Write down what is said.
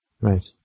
Right